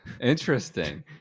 Interesting